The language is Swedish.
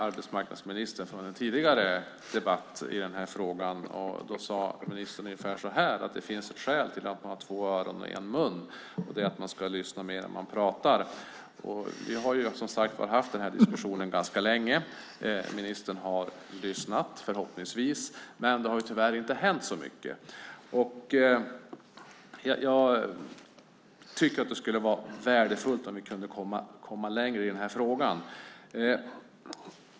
Arbetsmarknadsministern sade i en tidigare debatt i den här frågan ungefär så här: Det finns skäl till att man har två öron och en mun, och det är att man ska lyssna mer än man pratar. Vi har som sagt haft den här diskussionen ganska länge. Ministern har förhoppningsvis lyssnat, men det har tyvärr inte hänt så mycket. Jag tycker att det skulle vara värdefullt om vi kunde komma längre i den här frågan.